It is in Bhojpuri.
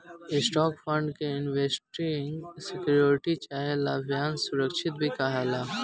स्टॉक फंड के इक्विटी सिक्योरिटी चाहे लाभांश सुरक्षा भी कहाला